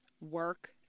work